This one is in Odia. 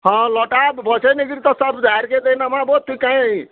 ହଁ ଲଟା ବଛେଇ ନେଇକିରି ତ ସବ୍ ଦେଇଦେମା ବୋ ତୁଇ କାହିଁ